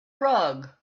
rug